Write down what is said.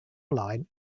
line